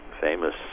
famous